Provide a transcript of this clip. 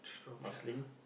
Marsiling